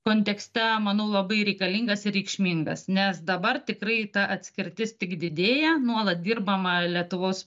kontekste manau labai reikalingas ir reikšmingas nes dabar tikrai ta atskirtis tik didėja nuolat dirbama lietuvos